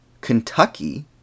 Kentucky